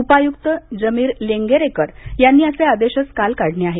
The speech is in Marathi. उपायुक्त जमीर लेंगरेकर यांनी असे आदेशच काल काढले आहेत